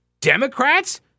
Democrats